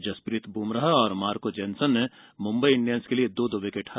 जसप्रीत बुमराह और Marco Jansen ने Mumbai Indians के लिए दो दो विकेट लिए